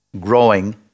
growing